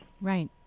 Right